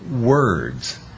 words